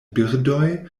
birdoj